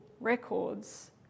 records